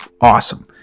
awesome